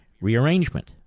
rearrangement